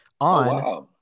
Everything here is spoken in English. on